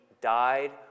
died